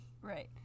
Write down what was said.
Right